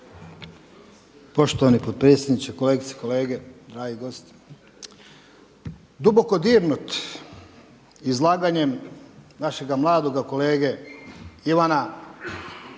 Poštovani potpredsjedniče, kolegice i kolege, dragi gosti. Duboko dirnut izlaganjem našega mladoga kolege Ivana,